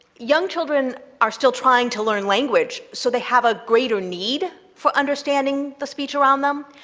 young children are still trying to learn language, so they have a greater need for understanding the speech around them.